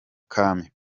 kami